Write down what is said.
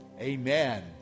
Amen